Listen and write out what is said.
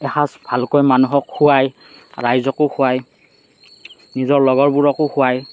এসাঁজ ভালকৈ মানুহক খোৱায় ৰাইজকো খোৱায় নিজৰ লগৰবোৰকো খোৱায়